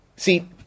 See